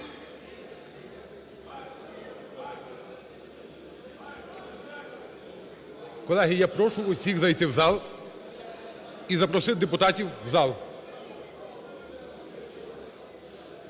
Колеги, я прошу усіх зайти в зал і запросити депутатів у зал.